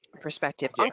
perspective